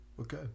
okay